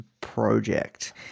project